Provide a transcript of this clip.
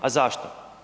A zašto?